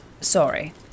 Sorry